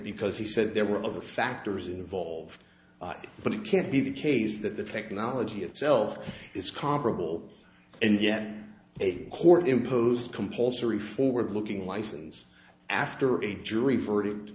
because he said there were other factors involved but it can't be the case that the technology itself is comparable and yet a court imposed compulsory forward looking license after a jury verdict